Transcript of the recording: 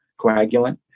coagulant